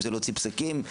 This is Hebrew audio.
אם זה להוציא פסקי דין.